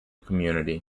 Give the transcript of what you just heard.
community